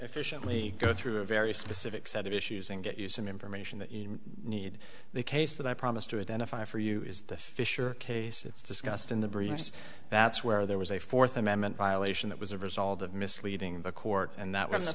efficiently go through a very specific set of issues and get you some information that you need the case that i promised to identify for you is the fisher case it's discussed in the briefs that's where there was a fourth amendment violation that was a result of misleading the court and